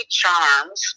charms